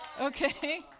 okay